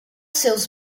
seus